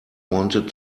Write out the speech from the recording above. wanted